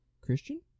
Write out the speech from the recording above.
Christian